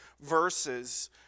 verses